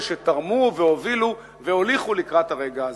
שתרמו והובילו והוליכו לקראת הרגע הזה.